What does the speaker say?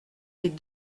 des